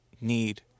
need